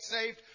saved